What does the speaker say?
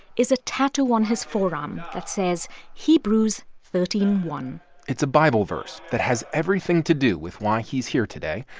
is a tattoo on his forearm that says hebrews thirteen one point it's a bible verse that has everything to do with why he's here today,